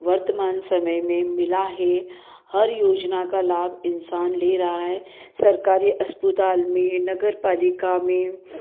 वर्तमान समय में मिला है हर योजना का लाभ इन्सान ले रहा है सरकारी अस्पताल में नगर पालिका में